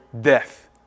death